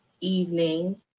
evening